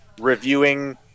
reviewing